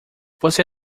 você